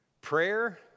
prayer